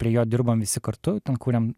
prie jo dirbom visi kartu ten kūrėm